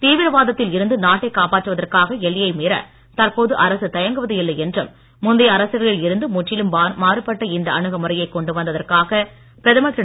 தீவிரவாத த்தில் இருந்து நாட்டை காப்பாற்றுவதற்காக எல்லையை மீற தற்போது அரசு தயங்குவது இல்லை என்றும் முந்தைய அரசுகளில் இருந்து முற்றிலும் மாறுபட்ட இந்த அணுகுமுறையை கொண்டுவந்த தற்காக பிரதமர் திரு